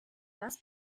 das